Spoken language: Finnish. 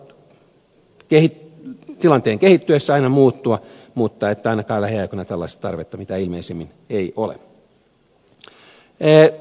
tietysti tilanteet saattavat tilanteen kehittyessä aina muuttua mutta ainakaan lähiaikoina tällaista tarvetta ei mitä ilmeisemmin ole